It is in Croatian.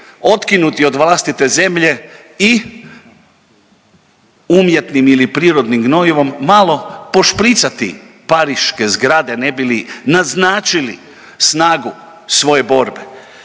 otkinuti od vlastite zemlje i umjetnim ili prirodnim gnojivom malo pošpricati pariške zgrade ne bi li naznačili snagu svoje borbe.